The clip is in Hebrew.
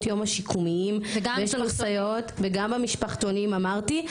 יום השיקומיים וגם המשפחתונים אמרתי,